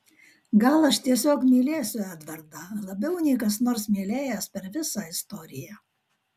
gal aš tiesiog mylėsiu edvardą labiau nei kas nors mylėjęs per visą istoriją